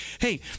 Hey